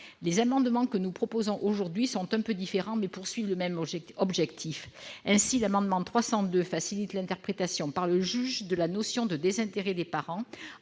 Les amendements que nous défendons aujourd'hui sont un peu différents, mais cherchent à atteindre le même objectif. Ainsi, l'amendement n° 302 rectifié facilite l'interprétation par le juge de la notion de désintérêt des parents